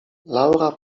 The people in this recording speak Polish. laura